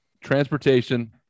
transportation